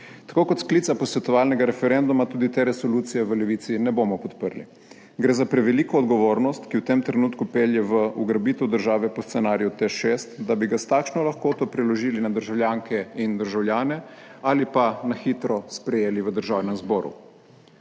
Tako kot sklica posvetovalnega referenduma tudi te resolucije v Levici ne bomo podprli. Gre za preveliko odgovornost, ki v tem trenutku pelje v ugrabitev države po scenariju TEŠ6, da bi ga s takšno lahkoto preložili na državljanke in državljane ali pa na hitro sprejeli v Državnem zboru.